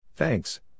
Thanks